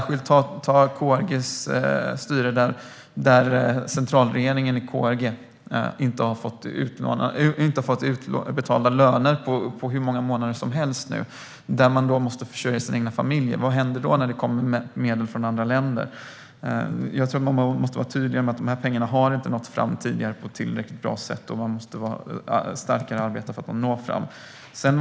KRG:s centralregering har inte betalat ut löner på hur många månader som helst till människor som måste försörja sina familjer. Vad händer då när det kommer medel från andra länder? De här pengarna har tidigare inte kommit fram på ett tillräckligt bra sätt, så man måste arbeta starkare för att de ska nå fram.